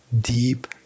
deep